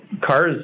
cars